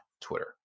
Twitter